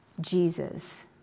Jesus